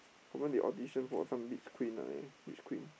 confirm they audition for some beach queen ah beach queen